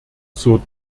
zur